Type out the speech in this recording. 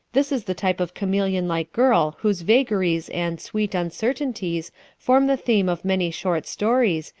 this is the type of chameleon-like girl whose vagaries and sweet uncertainties form the theme of many short stories,